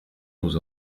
nous